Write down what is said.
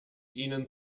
ihnen